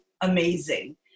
amazing